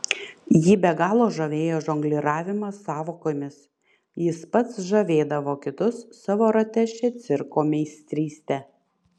jį be galo žavėjo žongliravimas sąvokomis jis pats žavėdavo kitus savo rate šia cirko meistryste